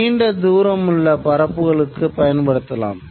நீண்ட தூரமுள்ள பரப்புகளுக்கு பயன்படுத்தப்படலாம்